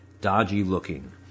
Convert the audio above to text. dodgy-looking